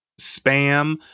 spam